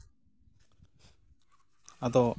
ᱟᱫᱚ